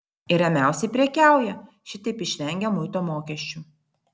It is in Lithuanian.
ir ramiausiai prekiauja šitaip išvengę muito mokesčių